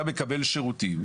אתה מקבל שירותים,